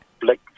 Black